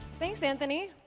thanks anthony!